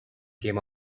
came